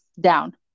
down